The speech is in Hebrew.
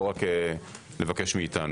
לא רק לבקש מאתנו.